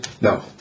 No